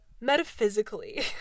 metaphysically